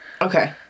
Okay